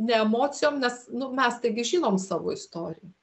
ne emocijom nes nu mes taigi žinom savo istoriją